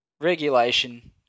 regulation